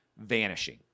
vanishing